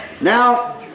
Now